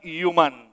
human